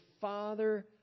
Father